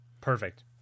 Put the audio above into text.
Perfect